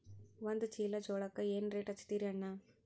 ಒಂದ ಚೀಲಾ ಜೋಳಕ್ಕ ಏನ ರೇಟ್ ಹಚ್ಚತೀರಿ ಅಣ್ಣಾ?